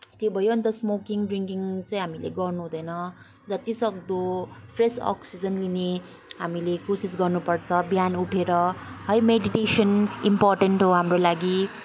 त्यो भयो अनि त स्मोकिङ ड्रिङकिङ चाहिँ हामीले गर्न हुँदैन जत्ति सक्दो फ्रेस अक्सीजन लिने हामीले कोसिस गर्नुपर्छ बिहान उठेर है मेडिटेसन इम्पोर्टेन्ट हाम्रो लागि